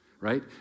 right